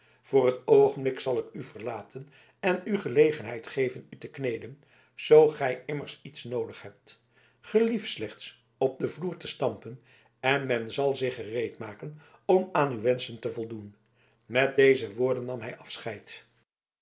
voor t oogenblik zal ik u verlaten en u gelegenheid geven u te kleeden zoo gij inmiddels iets noodig hebt gelief slechts op den vloer te stampen en men zal zich gereedmaken om aan uw wenschen te voldoen met deze woorden nam hij zijn afscheid